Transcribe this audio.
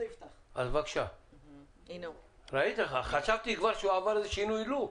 נבצע אותו כבר במסגרת הזו,